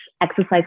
exercise